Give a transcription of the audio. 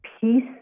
peace